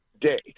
day